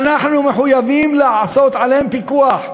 אנחנו מחויבים לעשות על המחירים שלהם פיקוח,